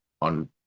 on